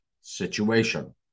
situation